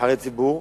נבחרי הציבור,